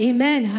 Amen